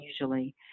usually